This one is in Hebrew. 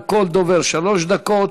לכל דובר שלוש דקות.